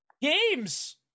games